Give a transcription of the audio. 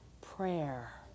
prayer